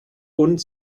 und